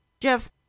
Jeff